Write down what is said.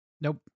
Nope